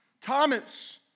Thomas